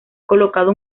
colocado